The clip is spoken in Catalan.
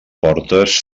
portes